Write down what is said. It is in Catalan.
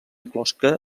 closca